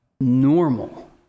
normal